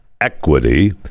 Equity